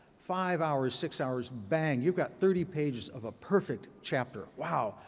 five hours, six hours, bang, you've got thirty pages of a perfect chapter. wow,